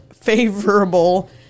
favorable